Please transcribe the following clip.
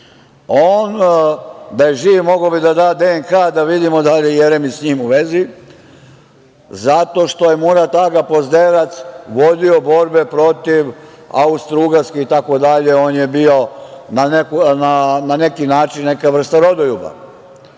On, da je živ, mogao bi da da DNK, da vidimo da li je Jeremić sa njim u vezi, zato što je Murat-aga Pozderac vodio borbe protiv Austrougarske itd, on je bio na neki način neka vrsta rodoljuba.